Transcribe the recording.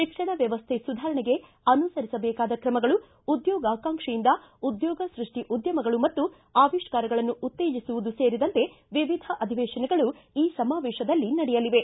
ಶಿಕ್ಷಣ ವ್ಯವಸ್ಥೆ ಸುಧಾರಣೆಗೆ ಅನುಸರಿಸಬೇಕಾದ ಕ್ರಮಗಳು ಉದ್ಯೋಗಾಕಾಂಕ್ಷಿಯಿಂದ ಉದ್ಯೋಗ ಸೃಷ್ಟಿ ಉದ್ದಮಗಳು ಮತ್ತು ಆವಿಷ್ಕಾರಗಳನ್ನು ಉತ್ತೇಜಿಸುವುದು ಸೇರಿದಂತೆ ವಿವಿಧ ಅಧಿವೇಶನಗಳು ಈ ಸಮಾವೇತದಲ್ಲಿ ನಡೆಯಲಿವೆ